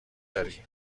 داری